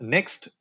Next